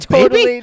baby